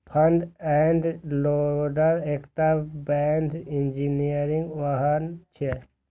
front end loader एकटा पैघ engineering वाहन छियै